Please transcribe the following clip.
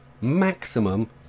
maximum